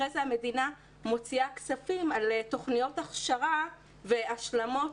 אחרי זה המדינה מוציאה כספים על תוכניות הכשרה והשלמות